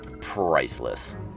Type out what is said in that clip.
priceless